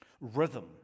Rhythm